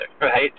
right